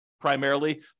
primarily